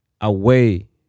away